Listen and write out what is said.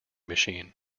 machine